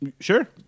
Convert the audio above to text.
Sure